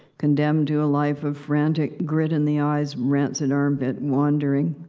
condemned to a life of frantic, grit-in-the-eyes, rancid-armpit wandering.